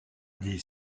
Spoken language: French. des